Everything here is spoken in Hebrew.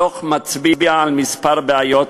הדוח מצביע על כמה בעיות